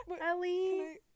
Ellie